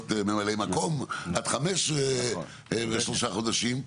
ממלאי מקום עד חמש שנים ושלושה חודשים,